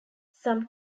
some